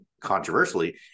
controversially